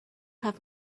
have